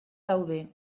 daude